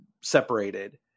separated